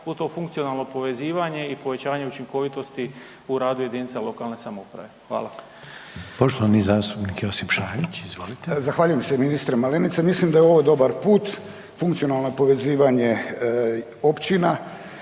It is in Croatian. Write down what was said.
u to funkcionalno povezivanje i povećanje učinkovitosti u radu jedinica lokalne samouprave. Hvala. **Reiner, Željko (HDZ)** Poštovani zastupnik Josip Šarić, izvolite. **Šarić, Josip (HDZ)** Zahvaljujem se ministre Malenica, mislim da je ovo dobar put, funkcionalno povezivanje općina.